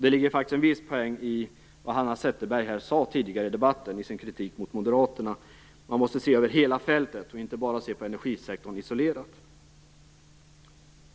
Det ligger faktiskt en viss poäng i det Hanna Zetterberg sade tidigare i debatten i sin kritik mot moderaterna, att man se över hela fältet och inte bara se på energisektorn isolerat.